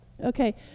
okay